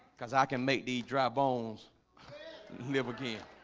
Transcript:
cuz i can make the dry bones live again